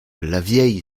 lavieille